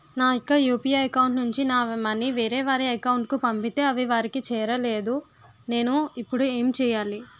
నా యెక్క UPI account నుంచి నా మనీ వేరే వారి అకౌంట్ కు పంపితే అవి వారికి చేరలేదు నేను ఇప్పుడు ఎమ్ చేయాలి?